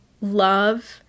love